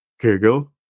Google